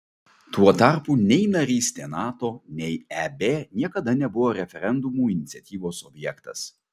tuo tarpu nei narystė nato nei eb niekada nebuvo referendumų iniciatyvos objektas